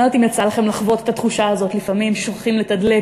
אני לא יודעת אם יצא לכם לחוות את התחושה הזאת לפעמים כששוכחים לתדלק